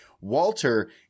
Walter